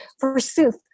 forsooth